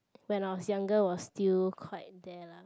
when I was younger was still quite there lah